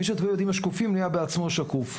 מי שדואג לילדים השקופים, נהיה בעצמו שקוף.